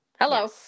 Hello